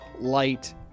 light